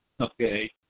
okay